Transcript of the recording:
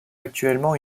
actuellement